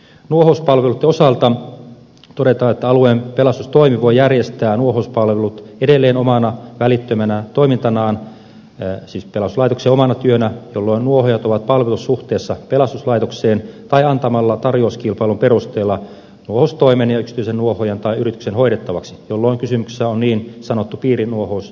nuohouspalveluiden osalta todetaan että alueen pelastustoimi voi järjestää nuohouspalvelut edelleen omana välittömänä toimintanaan siis pelastuslaitoksen omana työnä jolloin nuohoojat ovat palvelussuhteessa pelastuslaitokseen tai antaa ne tarjouskilpailun perusteella nuohoustoimen ja yksityisen nuohoojan tai yrityksen hoidettavaksi jolloin kysymyksessä on niin sanottu piirinuohousjärjestelmä